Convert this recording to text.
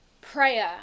prayer